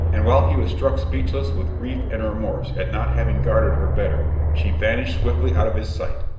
and while he was struck speechless with grief and remorse at not having guarded her better, she vanished swiftly out of his sight.